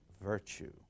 virtue